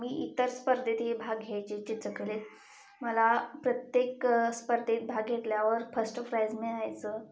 मी इतर स्पर्धेतही भाग घ्यायचे चित्रकलेत मला प्रत्येक स्पर्धेत भाग घेतल्यावर फस्ट प्राईज मिळायचं